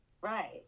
Right